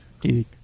Dude